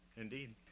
Indeed